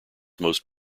most